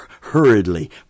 hurriedly